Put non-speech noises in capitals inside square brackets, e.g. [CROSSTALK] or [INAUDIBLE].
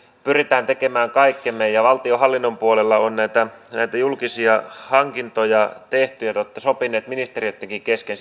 pyrimme tekemään kaikkemme ja valtionhallinnon puolella on näitä näitä julkisia hankintoja tehty ja te olette sopineet ministeriöittenkin kesken [UNINTELLIGIBLE]